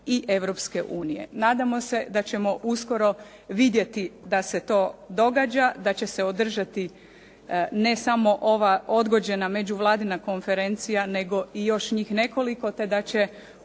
i Europske unije. Nadamo se da ćemo uskoro vidjeti da se to događa, da će se održati ne samo ova odgođena međuvladina konferencija, nego i još njih nekoliko te da će